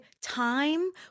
time